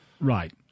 Right